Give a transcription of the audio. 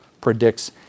predicts